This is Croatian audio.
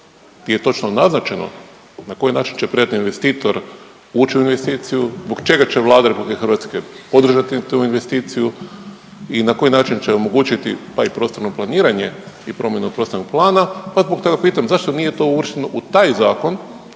di je točno naznačeno na koji način će predmetni investitor ući u investiciju, zbog čega će Vlada RH održati tu investiciju i na koji način će omogućiti, pa i prostorno planiranje i promjenu prostornog plana, pa zbog toga i pitam, zašto nije to uvršteno u taj zakon